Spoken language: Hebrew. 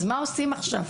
אז מה עושים עכשיו?